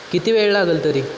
किती वेळ लागेल तरी